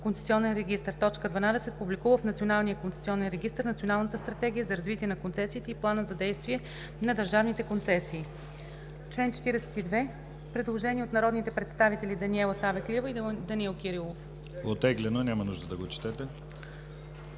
концесионен регистър; 12. публикува в Националния концесионен регистър Националната стратегия за развитие на концесиите и плана за действие на държавните концесии.“ По чл. 42 има предложение от народните представители Даниела Савеклиева и Данаил Кирилов. ДАНАИЛ КИРИЛОВ (ГЕРБ, от